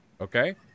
okay